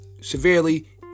severely